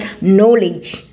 knowledge